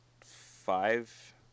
five